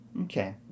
Okay